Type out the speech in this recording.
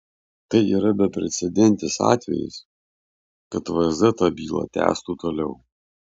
tai yra beprecedentis atvejis kad vsd tą bylą tęstų toliau